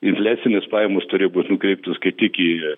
infliacinės pajamos turėjo būt nukreiptos kaip tik į